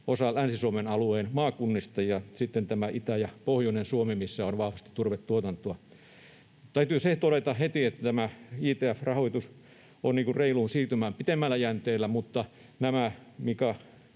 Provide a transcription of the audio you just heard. osa Länsi-Suomen alueen maakunnista ja sitten Itä-Suomi ja pohjoinen Suomi, missä on vahvasti turvetuotantoa. Täytyy se todeta heti, että tämä JTF-rahoitus on reiluun siirtymään pitemmällä jänteellä, mutta nämä